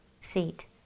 seat